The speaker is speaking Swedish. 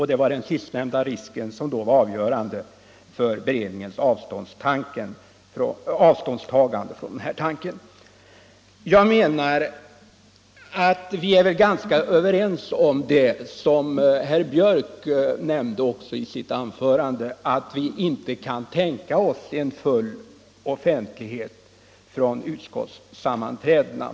Det var den sistnämnda risken som då var avgörande för beredningens avståndstagande från denna tanke. Vi är ganska överens om det som herr Björck i Nässjö nämnde i sitt anförande, nämligen att vi inte kan tänka oss en full offentlighet vid utskottssammanträdena.